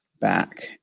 back